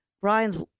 Brian's